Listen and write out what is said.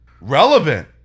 Relevant